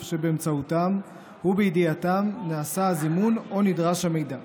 שבאמצעותם ובידיעתם נעשה הזימון או נדרש המידע.